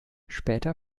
später